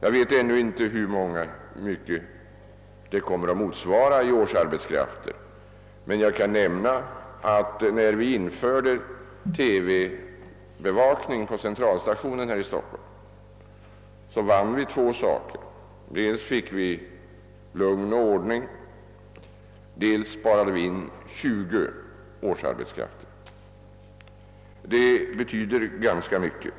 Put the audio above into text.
Jag vet ännu inte hur mycket som genom denna åtgärd kommer att inbesparas i form av årsarbetskrafter, men jag kan nämna att vi genom införandet av TV-bevakning på Central stationen här i Stockholm vann två saker. Dels skapades lugn och ordning, dels sparade vi in 20 årsarbetskrafter, och detta betyder ganska mycket.